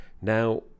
Now